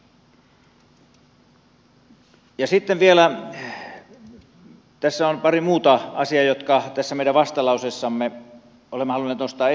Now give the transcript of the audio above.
sitten tässä on vielä pari muuta asiaa jotka tässä meidän vastalauseessamme olemme halunneet nostaa esille